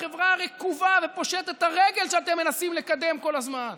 החברה הרקובה ופושטת הרגל שאתם מנסים לקדם כל הזמן.